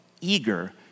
eager